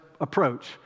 approach